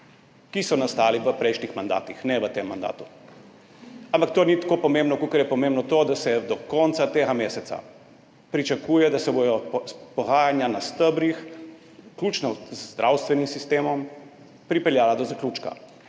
ki so nastala v prejšnjih mandatih, ne v tem mandatu. Ampak to ni tako pomembno, kakor je pomembno to, da se do konca tega meseca pričakuje, da se bodo pogajanja na stebrih, vključno z zdravstvenim sistemom, pripeljala do zaključka